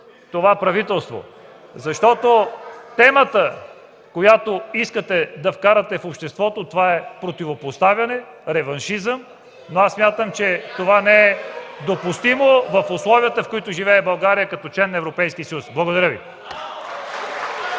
това правителство, защото темата, която искате да вкарате в обществото, е противопоставяне, реваншизъм (реплики от ДПС), но аз смятам, че това не е допустимо в условията, в които живее България като член на Европейския съюз. Благодаря Ви.